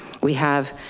we have.